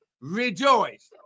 rejoice